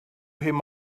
him